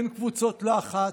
אין קבוצות לחץ,